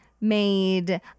made